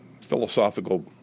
philosophical